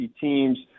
teams